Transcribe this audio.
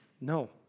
No